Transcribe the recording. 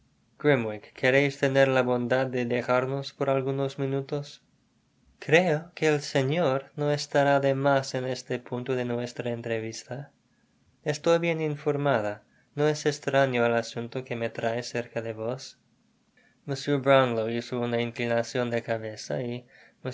queréis tener la bondad de dejarnos por algunos minutos greo que el señor no estará de mas en este punto de nuestra entrevista estoy bien informada no es estraño al asunto que me trae cerca de vos ir brownlow hizo una inclinacion de cabeza y